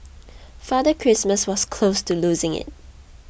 father Christmas was close to losing it